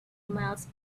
miles